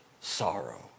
sorrow